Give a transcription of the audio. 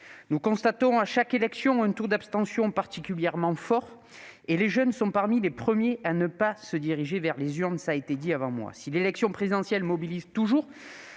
Nous constatons à chaque élection un taux d'abstention particulièrement fort et les jeunes sont parmi les premiers à ne pas se diriger vers les urnes. Si l'élection présidentielle mobilise toujours,